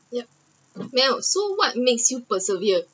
yup mel so what makes you persevere